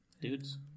Dudes